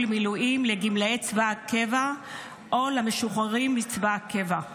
מילואים לגמלאי צבא הקבע או למשוחררים מצבא הקבע.